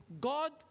God